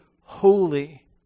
holy